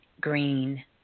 green